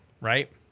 right